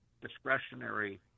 discretionary